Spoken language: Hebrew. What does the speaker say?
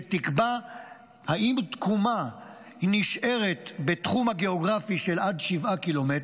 שתקבע אם תקומה נשארת בתחום הגאוגרפי של עד 7 ק"מ,